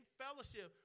fellowship